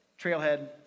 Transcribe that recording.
trailhead